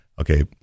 Okay